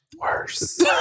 Worse